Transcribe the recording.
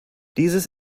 dieses